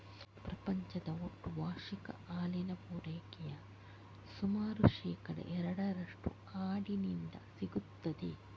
ಪ್ರಪಂಚದ ಒಟ್ಟು ವಾರ್ಷಿಕ ಹಾಲಿನ ಪೂರೈಕೆಯ ಸುಮಾರು ಶೇಕಡಾ ಎರಡರಷ್ಟು ಆಡಿನಿಂದ ಸಿಗ್ತದೆ